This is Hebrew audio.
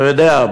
אתה יודע?